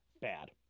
Bad